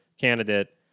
candidate